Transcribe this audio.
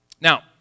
Now